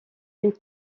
une